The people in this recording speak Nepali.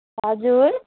हजुर